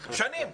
שנים.